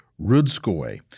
Rudskoy